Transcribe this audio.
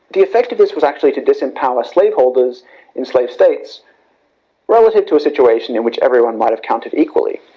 the effect of this was actually to disempower slave holders in slave states relative to a situation in which everyone may have counted equally.